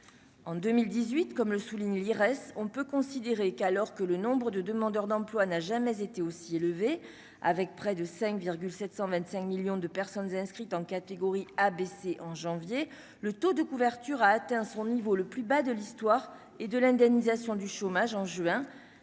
en 2018, comme le souligne l'IRES, on peut considérer qu'alors que le nombre de demandeurs d'emploi n'a jamais été aussi élevé avec près de 5 725 millions de personnes inscrites en catégorie ABC en janvier le taux de couverture, a atteint son niveau le plus bas de l'histoire et de l'indemnisation du chômage en juin